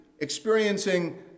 experiencing